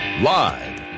Live